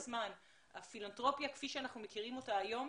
אומרת שהפילנתרופיה כפי שאנחנו מכירים אותה היום,